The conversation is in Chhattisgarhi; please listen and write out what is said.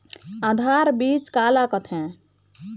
आधार बीज का ला कथें?